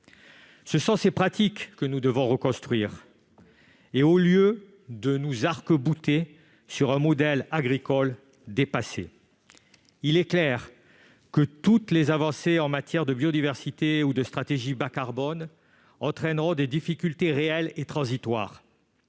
Ce sont ces pratiques que nous devons reconstruire au lieu de nous arc-bouter sur un modèle agricole dépassé. Il est clair que toutes les avancées en matière de biodiversité ou de stratégie bas-carbone entraîneront des difficultés réelles et transitoires.